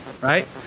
right